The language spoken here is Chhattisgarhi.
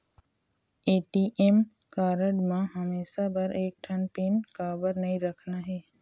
ए.टी.एम कारड म हमेशा बर एक ठन पिन काबर नई रखना हे?